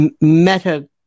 meta